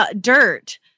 dirt